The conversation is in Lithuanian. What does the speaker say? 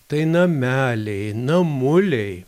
tai nameliai namuliai